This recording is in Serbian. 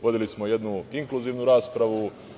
Vodili smo jednu inkluzivnu raspravu.